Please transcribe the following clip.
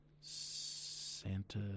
Santa